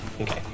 Okay